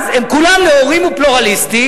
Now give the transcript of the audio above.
חרדים?